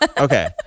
Okay